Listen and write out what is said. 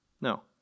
No